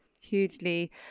Hugely